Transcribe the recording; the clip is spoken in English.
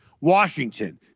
Washington